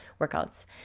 workouts